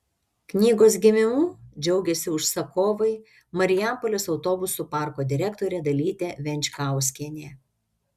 knygos gimimu džiaugėsi užsakovai marijampolės autobusų parko direktorė dalytė venčkauskienė